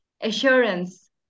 assurance